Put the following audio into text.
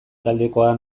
taldetakoa